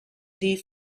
dir